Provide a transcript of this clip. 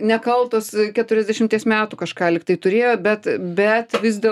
nekaltos keturiasdešimties metų kažką lyg tai turėjo bet bet vis dėl